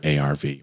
ARV